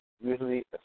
usually